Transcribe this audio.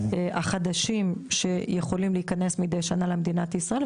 החדשים שיכולים להיכנס מדי שנה מדינת ישראל,